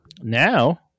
now